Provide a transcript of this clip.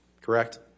correct